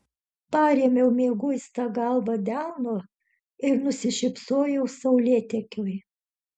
parėmiau mieguistą galvą delnu ir nusišypsojau saulėtekiui